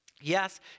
Yes